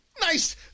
nice